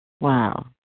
Wow